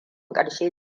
ƙarshe